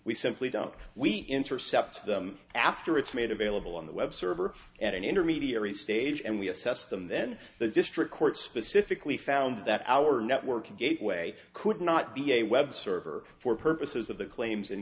we simply don't we intercept them after it's made available on the web server and an intermediary stage and we assess them then the district court specifically found that our network gateway could not be a web server for purposes of the claims and